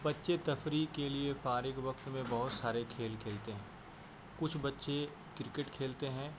بچے تفریح کے لیے فارغ وقت میں بہت سارے کھیل کھیلتے ہیں کچھ بچے کرکٹ کھیلتے ہیں